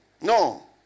No